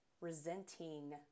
resenting